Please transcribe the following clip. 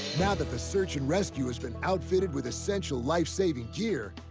now that the search and rescue has been outfitted with essential, life-saving gear,